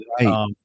right